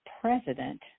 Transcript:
president